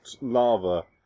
lava